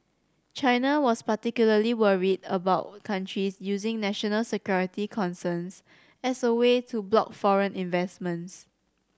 China was particularly worried about countries using national security concerns as a way to block foreign investments